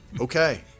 okay